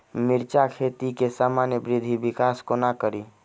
मिर्चा खेती केँ सामान्य वृद्धि विकास कोना करि?